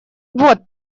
вот